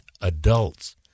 adults